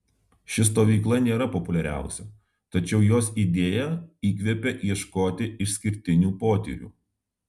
ši stovykla nėra populiariausia tačiau jos idėja įkvepia ieškoti išskirtinių potyrių